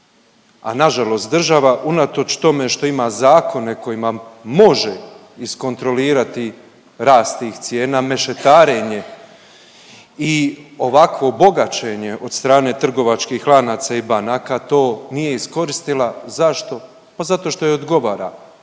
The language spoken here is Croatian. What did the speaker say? a na žalost država unatoč tome što ima zakone kojima može iskontrolirati rast tih cijena mešetarenje i ovakvo bogaćenje od strane trgovačkih lanaca i banaka to nije iskoristila. Zašto? Pa zato što joj odgovara